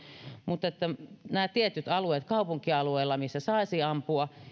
mutta että olisi nämä tietyt alueet kaupunkialueilla missä saisi ampua